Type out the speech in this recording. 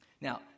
Now